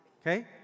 Okay